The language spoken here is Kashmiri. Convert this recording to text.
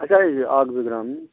اَسہِ حظ چھِ اَکھ زٕ گرٛام نِنۍ